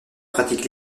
pratique